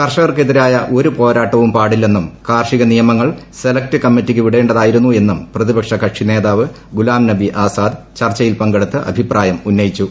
കർഷകർക്കെതിരായ ഒരുപോരാട്ടവും പാടില്ലെന്നും കാർഷിക നിയമങ്ങൾ സെലക്ട് കമ്മിറ്റിയ്ക്ക് വിടേണ്ടതായിരുന്നു എന്നും പ്രതിപക്ഷ കക്ഷി നേതാവ് ഗുലാം നബി ആസാദ് ചർച്ചയിൽ പങ്കെടുത്ത് അഭിപ്രായം ഉന്നയിച്ചു